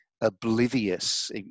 oblivious